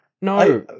No